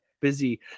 busy